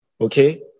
okay